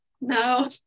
No